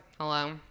hello